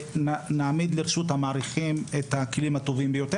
ונעמיד לרשות המעריכים את הכלים הטובים ביותר.